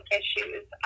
issues